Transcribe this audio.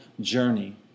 journey